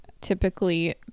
typically